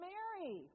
Mary